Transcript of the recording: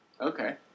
Okay